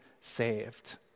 saved